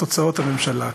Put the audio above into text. את הוצאות הממשלה.